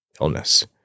illness